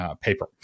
Paper